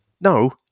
no